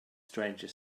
stranger